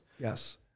Yes